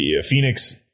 Phoenix